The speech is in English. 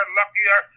luckier